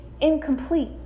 incomplete